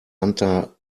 lucia